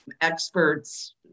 experts